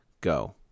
go